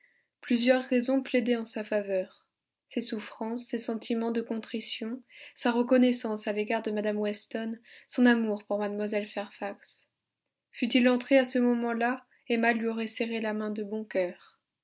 plusieurs raisons plaidaient en sa faveur ses souffrances ses sentiments de contrition sa reconnaissance à l'égard de mme weston son amour pour mlle fairfax fût-il entré à ce moment-là emma lui aurait serré la main de bon cœur